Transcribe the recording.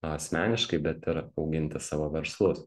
asmeniškai bet ir auginti savo verslus